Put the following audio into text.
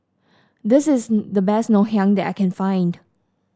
this is the best Ngoh Hiang that I can find